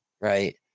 right